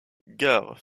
gare